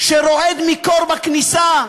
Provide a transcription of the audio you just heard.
שרועד מקור בכניסה,